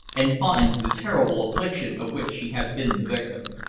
and finds the terrible affliction of which she has been the victim.